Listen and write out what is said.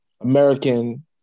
American